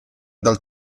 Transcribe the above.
dal